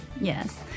Yes